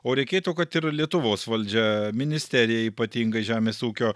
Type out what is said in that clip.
o reikėtų kad ir lietuvos valdžia ministerija ypatingai žemės ūkio